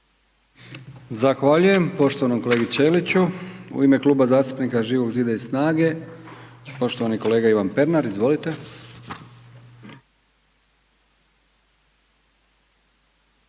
Zahvaljujem poštovanom kolegi Ćeliću, u ime Kluba zastupnika Živog zida i SNAGA-e, poštovani kolega Ivan Pernar, izvolite.